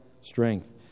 strength